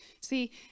See